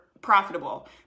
Profitable